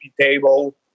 table